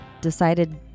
decided